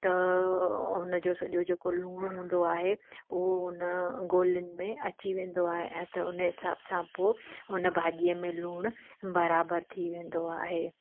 त हुनजो जेको सॼो लूणु हूंदो आहे उहा हुन गोलीनि में अची वेंदो आहे ऐं उन हिसाब सां पोइ उन भाॼीअ में लूणु बराबरि थी वेंदो आहे